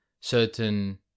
certain